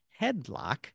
headlock